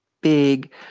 big